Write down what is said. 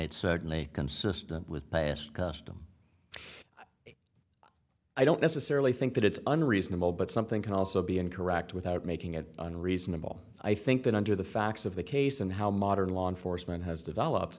it certainly consistent with past custom i don't necessarily think that it's unreasonable but something can also be incorrect without making it unreasonable i think that under the facts of the case and how modern law enforcement has developed